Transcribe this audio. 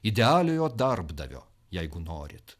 idealiojo darbdavio jeigu norit